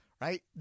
Right